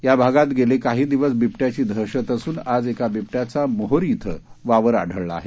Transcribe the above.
या भागात गेले काही दिवस बिबट्याची दहशत असून आज एका बिबट्याचा मोहरी शि वावर आढळला आहे